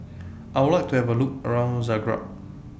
I Would like to Have A Look around Zagreb